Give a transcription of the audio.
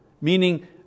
meaning